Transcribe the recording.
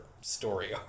story